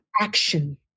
action